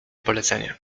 polecenie